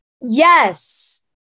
Yes